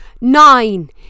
nine